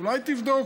אולי תבדוק,